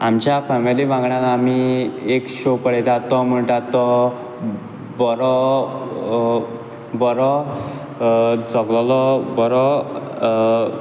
आमच्या फेमिली वांगडा आमी एक शॉ पळयतात तो म्हणटात तो बरो बरो जगलोलो बरो